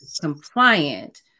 compliant